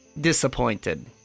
Disappointed